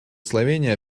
словения